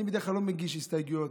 אני בדרך כלל לא מגיש הסתייגויות,